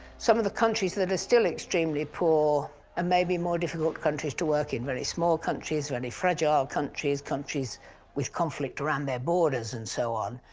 some of the countries that are still extremely poor and maybe more difficult countries to work in, very small countries, very fragile countries, countries with conflict around their borders and so on.